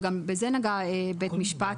וגם בזה נגע בית המשפט,